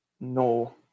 No